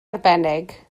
arbennig